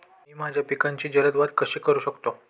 मी माझ्या पिकांची जलद वाढ कशी करू शकतो?